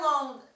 alone